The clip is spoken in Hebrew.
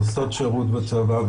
עושות שירות בצבא,